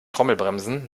trommelbremsen